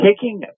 taking